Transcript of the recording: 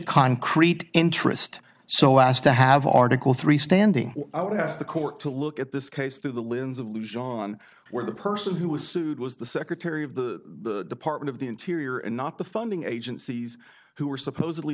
concrete interest so as to have article three standing out as the court to look at this case through the lens of lucia on where the person who was sued was the secretary of the department of the interior and not the funding agencies who are supposedly